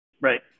Right